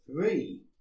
Three